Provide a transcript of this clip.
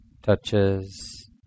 touches